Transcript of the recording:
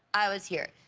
i was here.